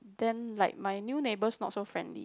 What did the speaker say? then like my new neighbours not so friendly